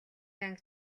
анги